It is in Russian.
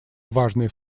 важные